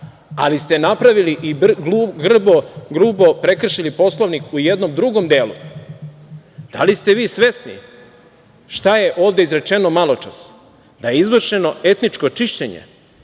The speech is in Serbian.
ali ste napravili i vrlo grubo prekršili Poslovnik u jednom drugom delu. Da li ste vi svesni šta je ovde izrečeno malo čas, da je izvršeno etničko čišćenje,